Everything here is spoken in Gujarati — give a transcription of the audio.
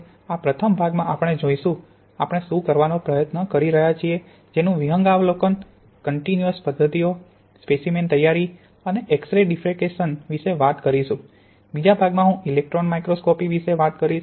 આ પ્રથમ ભાગમાં આપણે જોઇશું આપણે શું કરવાનો પ્રયાસ કરી રહ્યા છીએ તેનું વિહંગાવલોકન કન્ટીન્યૂસ પદ્ધતિઓ સ્પેસીમેન તૈયારી અને એક્સ રે ડીફ્ફ્રકેસન વિશે વાત કરીશું બીજા ભાગમાં હું ઇલેક્ટ્રોન માઇક્રોસ્કોપી વિશે વાત કરીશ